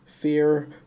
fear